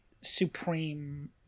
supreme